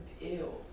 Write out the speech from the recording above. ew